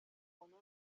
جوانان